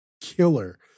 killer